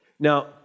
Now